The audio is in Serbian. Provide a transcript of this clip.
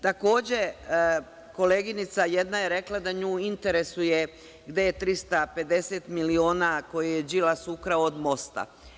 Takođe, koleginica jedna je rekla da nju interesuje gde je 350 miliona koje je Đilas ukrao od mosta.